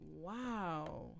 Wow